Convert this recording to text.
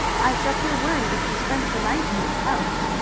i shall feel worried if he spends the night in this house.